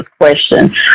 question